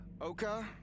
Oka